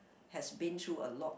has been through a lot